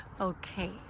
okay